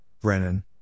Brennan